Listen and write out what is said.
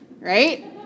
right